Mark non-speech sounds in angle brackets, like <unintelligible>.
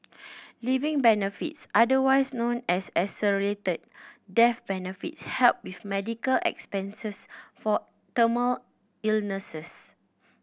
living benefits otherwise known as accelerated death benefits help with medical expenses for <unintelligible> illnesses